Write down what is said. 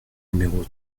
numéro